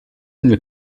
nel